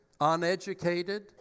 uneducated